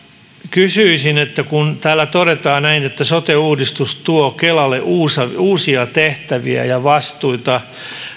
kysyisin tästä kun täällä todetaan näin että sote uudistus tuo kelalle uusia tehtäviä ja vastuita